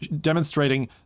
demonstrating